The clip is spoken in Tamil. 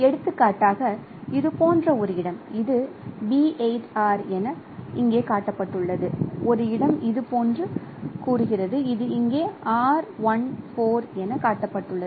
எடுத்துக்காட்டாக இது போன்ற ஒரு இடம் இது B8 r என இங்கே காட்டப்பட்டுள்ளது ஒரு இடம் இதுபோன்று கூறுகிறது இது இங்கே R14 என காட்டப்பட்டுள்ளது